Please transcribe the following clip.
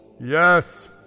Yes